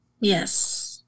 yes